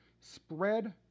spread